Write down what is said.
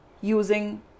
using